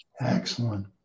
Excellent